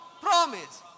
promise